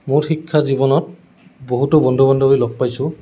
মোৰ শিক্ষা জীৱনত বহুতো বন্ধু বান্ধৱী লগ পাইছোঁ